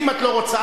אם את לא רוצה,